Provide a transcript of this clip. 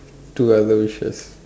two other wishes